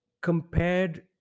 compared